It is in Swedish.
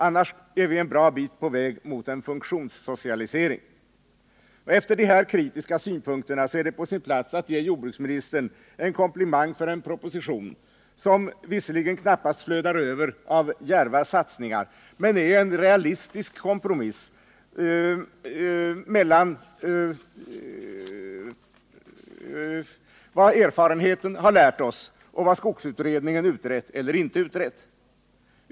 Annars är vi en bra bit på väg mot en funktionssocialisering. Efter dessa kritiska synpunkter är det på sin plats att ge jordbruksministern en komplimang för en proposition som visserligen knappast flödar över av djärva satsningar men som är en realistisk kompromiss mellan vad erfarenheten har lärt oss och vad skogsutredningen utrett eller inte utrett.